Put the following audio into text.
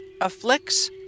afflicts